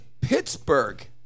Pittsburgh